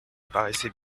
paraissait